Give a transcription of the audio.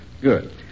good